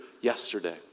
yesterday